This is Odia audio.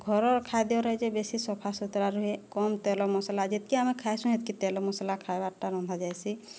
ଘରର ଖାଦ୍ୟରେ ଯେ ବେଶୀ ସଫା ସୁତରା ରୁହେ କମ ତେଲ ମସଲା ଯେତିକି ଆମେ ଖାଇଁସୁ ହେତିକି ତେଲ ମସଲା ଖାଇବାର୍ଟା ରନ୍ଧା ଯାଏସି